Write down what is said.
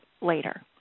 later